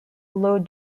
low